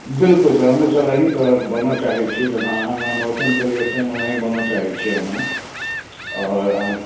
बिलकुल सर हमहूँ सर अहीँ तरहके बनऽ चाहै छिए जेना अहाँ नाम रोशन केलिए सेम ओनाहि बनऽ चाहै छिए हमहूँ आओर अहाँ